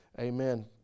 Amen